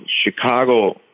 Chicago